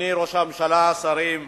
אדוני ראש הממשלה, השרים,